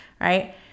right